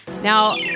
Now